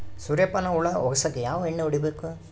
ಸುರ್ಯಪಾನ ಹುಳ ಹೊಗಸಕ ಯಾವ ಎಣ್ಣೆ ಹೊಡಿಬೇಕು?